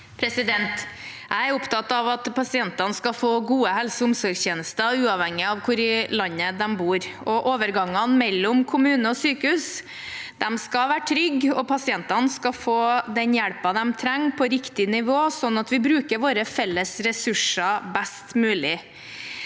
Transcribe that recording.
Jeg er opptatt av at pasientene skal få gode helse- og omsorgstjenester uavhengig av hvor i landet de bor. Overgangen mellom kommune og sykehus skal være trygg, og pasientene skal få den hjelpen de trenger, på riktig nivå, slik at vi bruker våre felles ressurser best mulig.